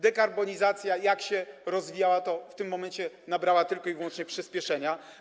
Dekarbonizacja, jak się rozwijała, w tym momencie nabrała tylko i wyłącznie przyspieszenia.